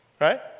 right